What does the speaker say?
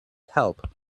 help